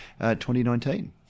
2019